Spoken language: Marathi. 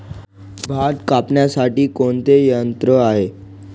भात कापणीसाठी कोणते यंत्र आहे?